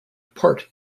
part